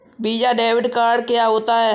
Visa debit card क्या होता है?